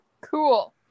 Cool